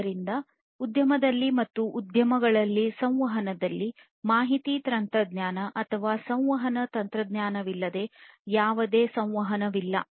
ಆದ್ದರಿಂದ ಉದ್ಯಮದಲ್ಲಿ ಮತ್ತು ಉದ್ಯಮಗಳಲ್ಲಿ ಸಂವಹನದಲ್ಲಿ ಮಾಹಿತಿ ತಂತ್ರಜ್ಞಾನ ಅಥವಾ ಸಂವಹನ ತಂತ್ರಜ್ಞಾನವಿಲ್ಲದಿದ್ದರೆ ಯಾವುದೇ ಸಂವಹನವಿಲ್ಲ